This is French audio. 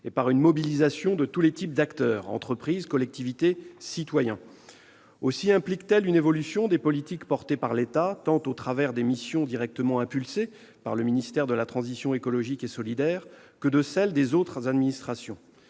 et par une mobilisation de tous les acteurs, entreprises, collectivités, citoyens. Aussi implique-t-elle une évolution des politiques portées par l'État, au travers des missions directement impulsées par le ministère de la transition écologique et solidaire comme de celles des autres administrations.